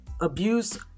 abuse